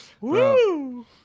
Woo